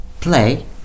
play